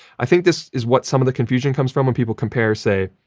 i think this is what some of the confusion comes from when people compare, say,